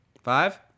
Five